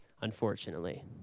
unfortunately